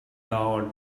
dawn